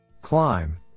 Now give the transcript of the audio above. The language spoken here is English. CLIMB –